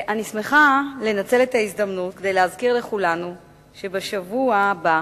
אני שמחה לנצל את ההזדמנות כדי להזכיר לכולנו שבשבוע הבא,